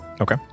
Okay